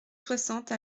soixante